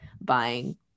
buying